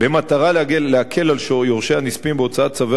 במטרה להקל על יורשי הנספים בהוצאת צווי